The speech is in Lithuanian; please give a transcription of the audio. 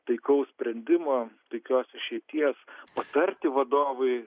taikaus sprendimo taikios išeities patarti vadovui